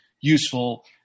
useful